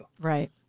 right